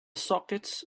sockets